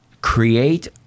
create